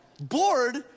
bored